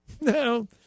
No